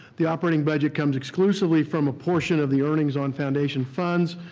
the operating budget comes exclusively from a portion of the earnings on foundation funds.